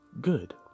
good